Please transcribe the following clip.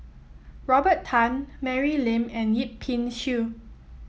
Robert Tan Mary Lim and Yip Pin Xiu